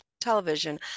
television